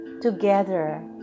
together